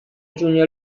giugno